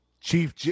Chief